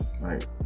Right